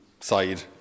side